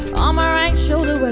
um um right shoulder